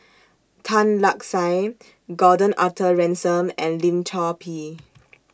Tan Lark Sye Gordon Arthur Ransome and Lim Chor Pee